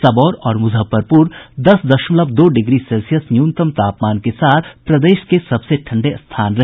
सबौर और मुजफ्फरपुर दस दशमलव दो डिग्री सेल्सियस न्यूतनतम तापमान के साथ प्रदेश के सबसे ठंडे स्थान रहे